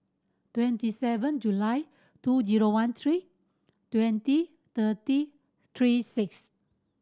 twenty seven July two zero one three twenty thirty three six